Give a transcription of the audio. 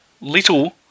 Little